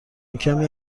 کمی